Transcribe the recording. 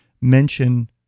mention